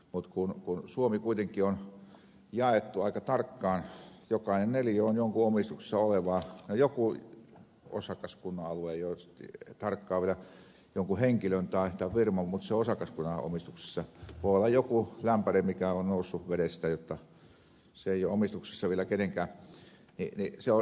mutta kun suomi kuitenkin on jaettu aika tarkkaan jokainen neliö on jonkun omistuksessa oleva joku on osakaskunnan alue tarkkaan vielä jonkun henkilön tai firman mutta sen osakaskunnan omistuksessa voi olla joku lämpäre joka on noussut vedestä jotta se ei ole vielä kenenkään omistuksessa niin se on jossakin rekisterissä